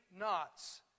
knots